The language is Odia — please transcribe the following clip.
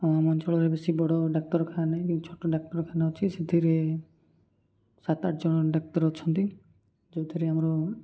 ହଁ ଆମ ଅଞ୍ଚଳରେ ବେଶୀ ବଡ଼ ଡାକ୍ତରଖାନା ନାହିଁ ଛୋଟ ଡାକ୍ତରଖାନା ଅଛି ସେଥିରେ ସାତ ଆଠ ଜଣ ଡାକ୍ତର ଅଛନ୍ତି ଯେଉଁଥିରେ ଆମର